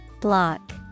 Block